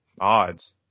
odds